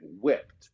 whipped